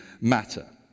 matter